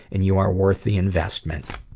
and you're worth the investment.